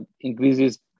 increases